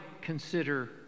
consider